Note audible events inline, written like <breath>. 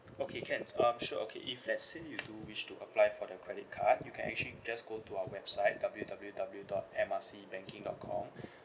okay can um sure okay if let's say you do wish to apply for the credit card you can actually just go to our website W_W_W dot M R C banking dot com <breath>